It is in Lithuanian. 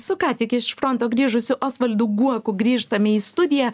su ką tik iš fronto grįžusių osvaldo guoku grįžtame į studiją